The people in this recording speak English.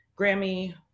Grammy